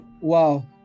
wow